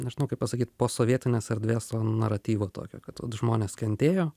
nežinau kaip pasakyt posovietinės erdvės naratyvo tokio kad vat žmonės kentėjo